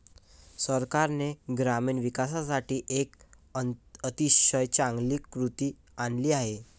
सरकारने ग्रामीण विकासासाठी एक अतिशय चांगली कृती आणली आहे